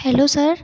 hello sir